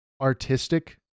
artistic